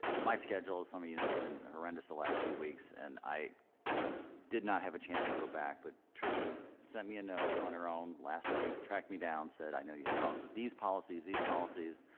my schedule is so something you know has been horrendous the last few weeks and i did not have a chance to go back but trisha sent me a note on her own last week track me down said i know you had problems with these policies these policies